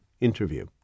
interview